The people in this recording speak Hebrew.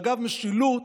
אגב משילות,